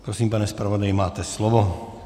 Prosím, pane zpravodaji, máte slovo.